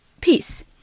peace